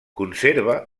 conserva